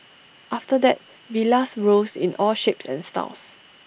after that villas rose in all shapes and styles